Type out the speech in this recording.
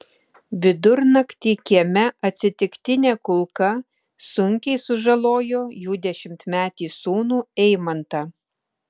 vidurnaktį kieme atsitiktinė kulka sunkiai sužalojo jų dešimtmetį sūnų eimantą